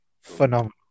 Phenomenal